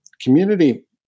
Community